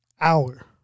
hour